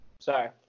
Sorry